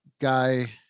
guy